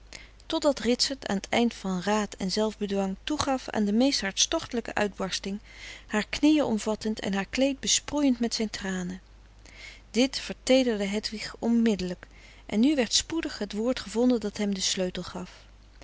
totdat ritsert aan t eind van raad en zelfbedwang toegaf aan de meest hartstochtelijke uitbarsting haar knieën omvattend en haar kleed besproeiend met zijn tranen dit verteederde hedwig onmiddellijk en nu werd spoedig het woord gevonden dat hem den sleutel gaf